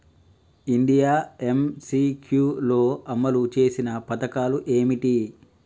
India MCQ లో అమలు చేసిన పథకాలు ఏమిటి?